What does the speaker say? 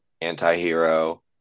anti-hero